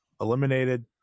eliminated